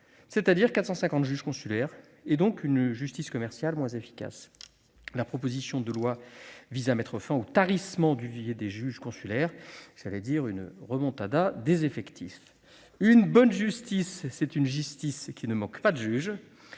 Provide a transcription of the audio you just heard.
c'est-à-dire 450 juges consulaires, donc une justice commerciale moins efficace. La proposition de loi vise à mettre fin au tarissement du vivier des juges consulaires. Elle tend vers une des effectifs, si j'ose dire. En effet, une bonne justice, c'est une justice qui ne manque pas de juge.